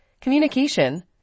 communication